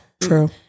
True